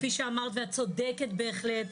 כפי שאמרת ואת צודקת בהחלט,